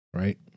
right